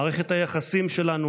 מערכת היחסים שלנו